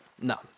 No